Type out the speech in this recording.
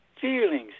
feelings